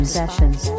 sessions